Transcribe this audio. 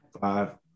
five